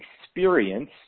experience